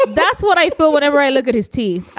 ah that's what i thought whenever i look at his teeth,